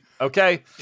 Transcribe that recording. Okay